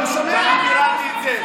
אני ביררתי את זה.